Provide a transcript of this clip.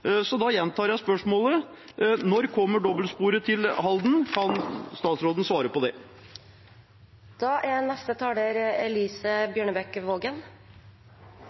Så da gjentar jeg spørsmålet: Når kommer dobbeltsporet til Halden? Kan statsråden svare på det? Da kan jeg fortsette der forrige taler